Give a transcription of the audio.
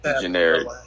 Generic